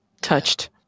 touched